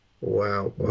Wow